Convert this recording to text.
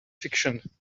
fiction